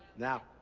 now,